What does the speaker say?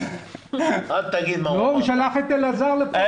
לא, הוא שלח את אלעזר לפה.